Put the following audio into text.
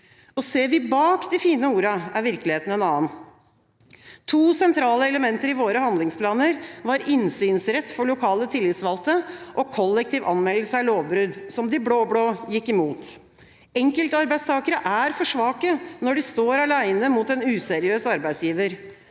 Ser vi bak de fine ordene, er virkeligheten en annen. To sentrale elementer i våre handlingsplaner var innsynsrett for lokale tillitsvalgte og kollektiv anmeldelse av lovbrudd, som de blå-blå gikk imot. Enkeltarbeidstakere er for svake når de står alene mot en useriøs arbeidsgiver.